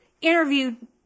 interviewed